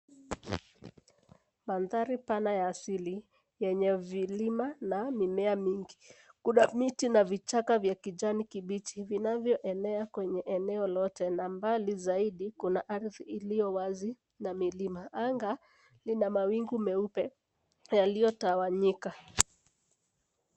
Mandhari pana ya asili yenye vilima na mimea mingi. Kuna miti na vichaka vya kijani kibichi vinavyoenea kwenye eneo lote na mbali zaidi kuna ardhi iliyo wazi na milima. Anga lina mawingu meupe yaliyo tawanyika.